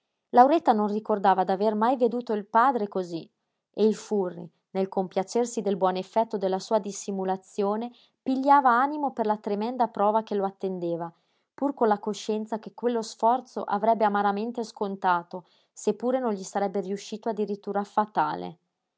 lauretta non ricordava d'aver mai veduto il padre cosí e il furri nel compiacersi del buon effetto della sua dissimulazione pigliava animo per la tremenda prova che lo attendeva pur con la coscienza che quello sforzo avrebbe amaramente scontato se pure non gli sarebbe riuscito addirittura fatale